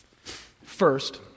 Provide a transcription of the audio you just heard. First